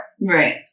Right